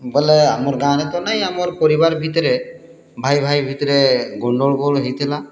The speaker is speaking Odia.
ବଏଲେ ଆମର୍ ଗାଁରେ ତ ନାଇଁ ଆମର୍ ପରିବାର୍ ଭିତ୍ରେ ଭାଇ ଭାଇ ଭିତ୍ରେ ଗଣ୍ଡଗୋଳ ହେଇଥିଲା